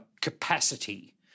capacity